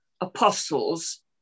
apostles